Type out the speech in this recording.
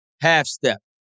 half-step